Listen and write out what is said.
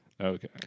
Okay